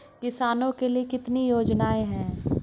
किसानों के लिए कितनी योजनाएं हैं?